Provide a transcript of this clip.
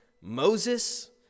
moses